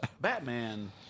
Batman